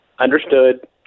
understood